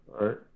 right